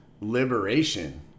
liberation